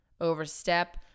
overstep